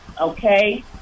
okay